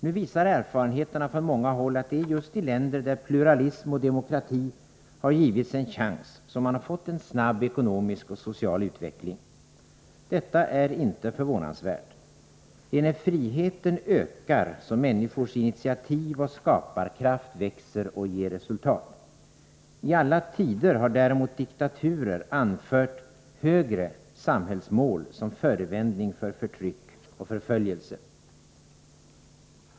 Nu visar erfarenheterna från många håll, att det är just i länder där pluralism och demokrati givits en chans som man fått en snabb ekonomisk och social utveckling. Detta är inte förvånansvärt. Det är när friheten ökar som människors initiativ och skaparkraft växer och ger resultat. I alla tider har däremot diktaturer anfört ”högre” samhällsmål som förevändning för förtryck och förföljelse.